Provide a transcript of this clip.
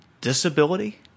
disability